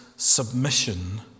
submission